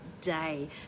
day